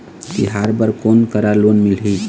तिहार बर कोन करा लोन मिलही?